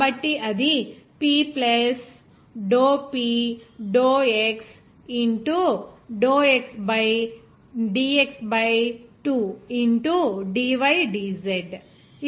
కాబట్టి అది P plus dou P dou x into dx by 2 into dydz